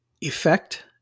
effect